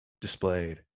displayed